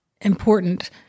important